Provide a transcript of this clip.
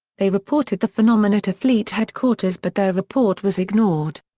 they reported the phenomena to fleet headquarters but their report was ignored.